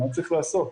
מה צריך לעשות,